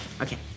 okay